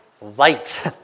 Light